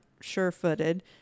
sure-footed